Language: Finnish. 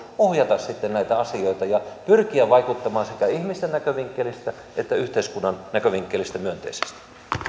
ohjata näitä asioita ja pyrkiä vaikuttamaan sekä ihmisten näkövinkkelistä että yhteiskunnan näkövinkkelistä myönteisesti